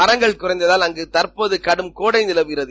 மாங்கள் குறற்ததால் அங்கு கற்போது கடும் கோடை நிலவுகிறது